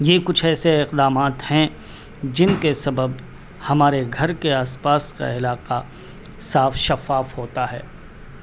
یہ کچھ ایسے اقدامات ہیں جن کے سبب ہمارے گھر کے آس پاس کا علاقہ صاف شفاف ہوتا ہے